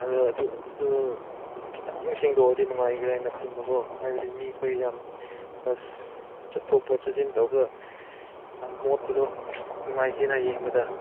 ꯑꯗ ꯑꯗꯨ ꯑꯗꯨ ꯈꯤꯇꯪ ꯁꯦꯡꯗꯣꯛꯂꯗꯤ ꯅꯨꯡꯉꯥꯏꯒꯦꯔꯥꯅ ꯈꯟꯕꯀꯣ ꯍꯥꯏꯕꯗꯤ ꯃꯤꯈꯣꯏ ꯌꯥꯝ ꯕꯁ ꯆꯠꯊꯣꯛꯄ ꯆꯠꯁꯤꯟ ꯇꯧꯕꯗ ꯌꯥꯝ ꯃꯣꯠꯄꯗꯣ ꯅꯨꯡꯉꯥꯏꯇꯦꯅ ꯌꯦꯡꯕꯗ